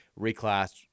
reclassed